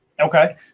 Okay